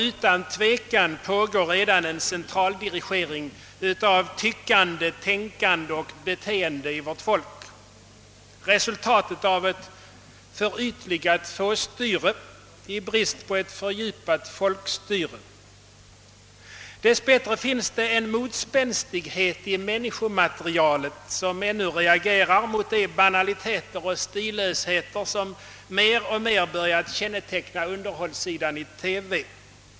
Utan tvekan pågår också nu en centraldirigering av tyckande och tänkande och beteende hos vårt folk — resultatet av ett förytligat fåstyre i brist på ett fördjupat folkstyre. Dess bättre finns det en motspänstighet i människomaterialet, som ännu reagerar mot de banaliteter och stillösheter som mer och mer har börjat känneteckna <:underhållningsprogrammen i TV.